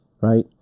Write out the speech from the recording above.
right